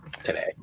today